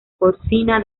cocina